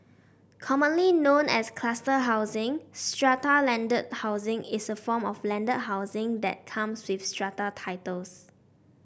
commonly known as cluster housing strata landed housing is a form of landed housing that comes with strata titles